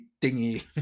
dingy